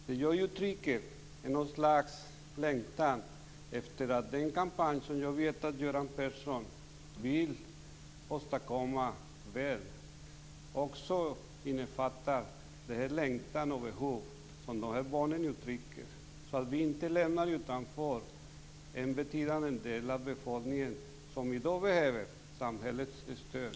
Det jag uttrycker är ett slags längtan efter att den kampanj som jag vet att Göran Persson vill åstadkomma också innefattar den längtan och de behov som de här barnen uttrycker, så att vi inte lämnar en betydande del av befolkningen utanför, en del som i dag behöver samhällets stöd.